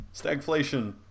Stagflation